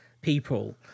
people